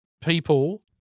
people